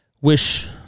wish